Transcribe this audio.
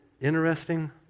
interesting